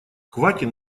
квакин